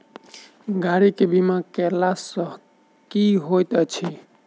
गाड़ी केँ बीमा कैला सँ की होइत अछि?